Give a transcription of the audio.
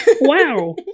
Wow